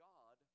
God